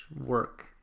work